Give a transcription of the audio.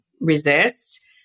resist